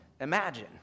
imagine